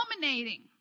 dominating